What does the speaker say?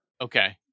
Okay